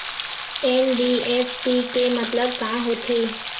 NBFC के मतलब का होथे?